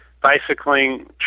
bicycling